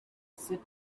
sit